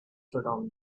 sodomy